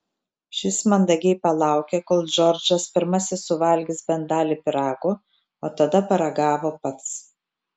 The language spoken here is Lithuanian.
šis mandagiai palaukė kol džordžas pirmasis suvalgys bent dalį pyrago o tada paragavo pats